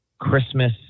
Christmas